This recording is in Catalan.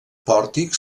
pòrtic